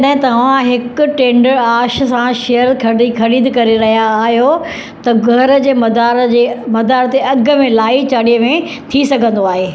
जॾहिं तव्हां हिकु टेंडर आश सां शेयर ख़री ख़रीद करे रहिया आहियो त घर जे मदार जे मदार ते अघ में लाही चाढ़ही में थी सघंदो आहे